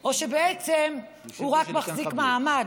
או שבעצם הוא רק מחזיק מעמד,